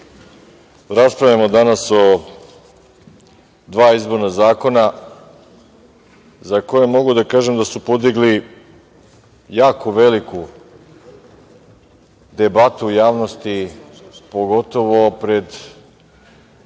raspravljamo danas o dva izborna zakona za koja mogu da kažem da su podigli jako veliku debatu u javnosti, pogotovo pred